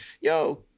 yo